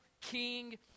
king